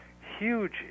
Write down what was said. huge